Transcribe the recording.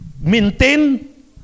maintain